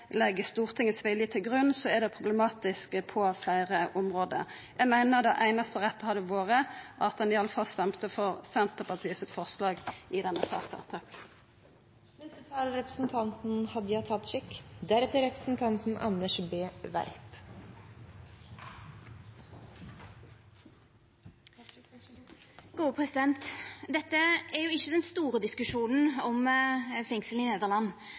legg Stortingets vilje til grunn, er det problematisk på fleire område. Eg meiner det einaste rette hadde vore at ein i alle fall stemte for Senterpartiets forslag i denne saka.